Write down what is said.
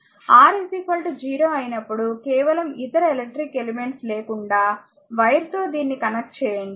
R 0 అయినప్పుడు కేవలం ఇతర ఎలక్ట్రిక్ ఎలెమెంట్స్ లేకుండా వైర్ తో దీన్ని కనెక్ట్ చేయండి